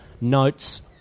notes